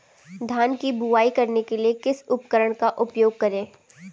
धान की बुवाई करने के लिए किस उपकरण का उपयोग करें?